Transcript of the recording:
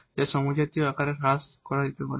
যা এই হোমোজিনিয়াস আকারে হ্রাস করা যেতে পারে